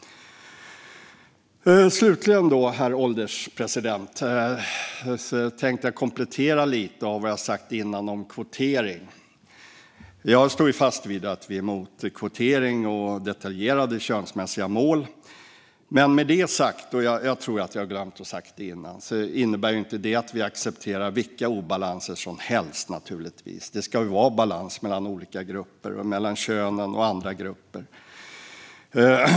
Slutligen, herr ålderspresident, tänkte jag komplettera lite kring det som jag sagt tidigare om kvotering. Jag står fast vid att vi är emot kvotering och detaljerade könsmässiga mål, men med detta sagt - jag tror att vi har glömt att säga det tidigare - accepterar vi naturligtvis inte vilka obalanser som helst. Det ska vara balans mellan olika grupper - mellan könen och andra grupper.